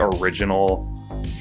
original